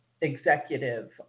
executive